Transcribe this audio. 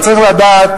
אבל צריך לדעת,